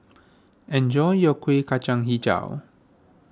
enjoy your Kueh Kacang HiJau